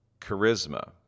charisma